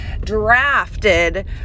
drafted